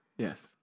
Yes